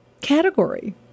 category